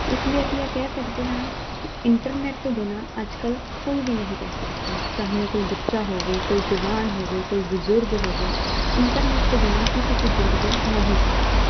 ਇਸ ਲਈ ਅਸੀਂ ਇਹ ਕਹਿ ਸਕਦੇ ਹਾਂ ਕਿ ਇੰਟਰਨੈਟ ਤੋਂ ਬਿਨਾਂ ਅੱਜ ਕੱਲ੍ਹ ਕੋਈ ਵੀ ਨਹੀਂ ਰਹਿ ਸਕਦਾ ਚਾਹੇ ਉਹ ਕੋਈ ਬੱਚਾ ਹੋਵੇ ਕੋਈ ਜਵਾਨ ਹੋਵੇ ਕੋਈ ਬਜ਼ੁਰਗ ਹੋਵੇ ਇੰਟਰਨੈਟ ਤੋਂ ਬਿਨਾਂ ਕਿਸੇ ਦੀ ਜ਼ਿੰਦਗੀ ਨਹੀਂ ਚੱਲਦੀ